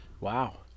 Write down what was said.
Wow